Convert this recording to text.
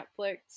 Netflix